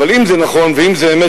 אבל אם זה נכון ואם זה אמת,